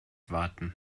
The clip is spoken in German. warten